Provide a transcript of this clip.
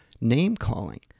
name-calling